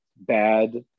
bad